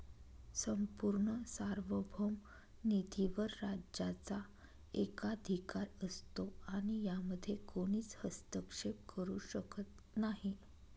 संपूर्ण सार्वभौम निधीवर राज्याचा एकाधिकार असतो आणि यामध्ये कोणीच हस्तक्षेप करू शकत नाही